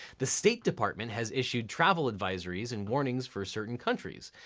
the state department has issued travel advisories and warnings for certain countries.